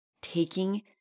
taking